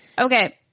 Okay